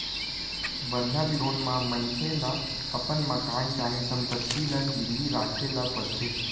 बंधक लोन म मनखे ल अपन मकान चाहे संपत्ति ल गिरवी राखे ल परथे